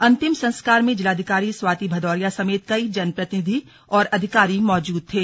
अंतिम संस्कार में जिलाधिकारी स्वाति भदौरिया समेत कई जनप्रतिनिधि और अधिकारी मौजूद थे